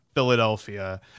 Philadelphia